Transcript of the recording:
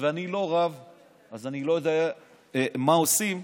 אני לא רב אז אני לא יודע מה עושים,